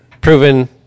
proven